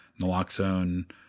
naloxone